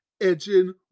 edging